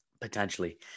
potentially